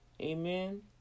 Amen